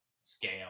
scale